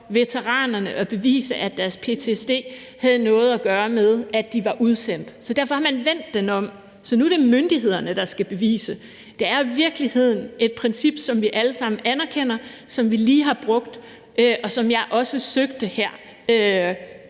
veteranerne at bevise, at deres ptsd havde noget at gøre med, at de var udsendt. Så derfor har man vendt den om, så det nu er myndighederne, der skal bevise det. Det er i virkeligheden et princip, som vi alle sammen anerkender, som vi lige har brugt, og som jeg også søgte her.